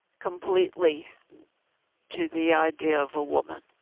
completely to the idea of a woman.